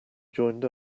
joined